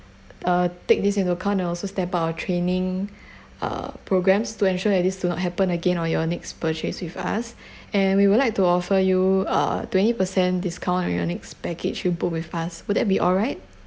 uh take this into account so step our training uh programs to ensure at least do not happen again on your next purchase with us and we would like to offer you uh twenty percent discount on your next package you book with us will that be alright